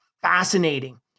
fascinating